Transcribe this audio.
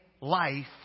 life